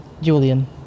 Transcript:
Julian